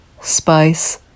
spice